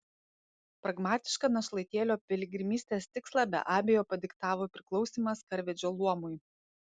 pragmatišką našlaitėlio piligrimystės tikslą be abejo padiktavo priklausymas karvedžio luomui